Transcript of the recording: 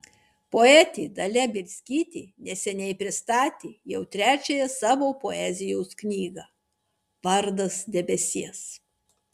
poetė dalia bielskytė neseniai pristatė jau trečiąją savo poezijos knygą vardas debesies